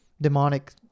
Demonic